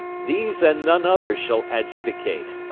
these and none others shall adjudicate.